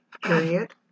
Period